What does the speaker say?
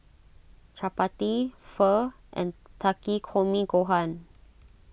Chapati Pho and Takikomi Gohan